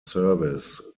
service